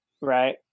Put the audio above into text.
right